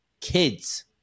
kids